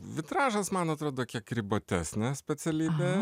vitražas man atrodo kiek ribotesnė specialybė